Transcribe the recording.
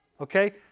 Okay